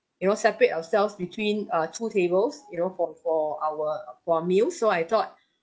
you know separate ourselves between uh two tables you know for for our for our meals so I thought